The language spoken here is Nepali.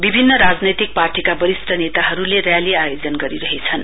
विभिन्न राजनैतिक पार्टीका वरिष्ट नेताहरूले र्याली आयोजन गरिरहेछन्